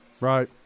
Right